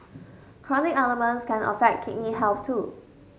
chronic ailments can affect kidney health too